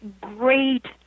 great